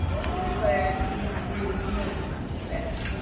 for he declared he had really no time to spare.